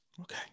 Okay